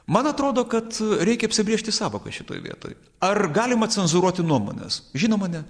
man atrodo kad reikia apsibrėžti sąvokas šitoj vietoj ar galima cenzūruoti nuomones žinoma ne